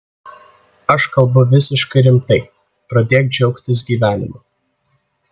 aš kalbu visiškai rimtai pradėk džiaugtis gyvenimu